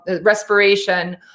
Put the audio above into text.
respiration